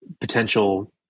potential